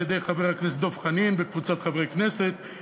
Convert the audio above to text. על-ידי חבר הכנסת דב חנין וקבוצת חברי הכנסת,